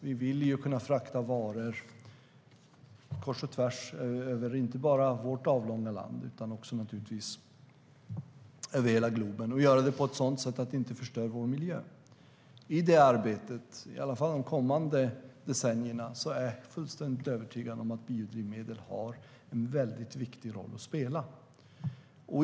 Vi vill kunna frakta varor kors och tvärs inte bara över vårt avlånga land utan också över hela globen, och vi vill kunna göra det på ett sådant sätt att det inte förstör vår miljö.I det arbetet, i alla fall under de kommande decennierna, är jag fullständigt övertygad om att biodrivmedel har en viktig roll att spela.